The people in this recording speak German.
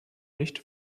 nicht